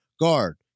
guard